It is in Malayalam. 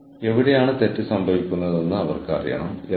ഐഐടി സംവിധാനത്തിനുള്ളിലെ പ്രൊഫഷണലുകളുടെ ഒരു ശൃംഖലയാണിത്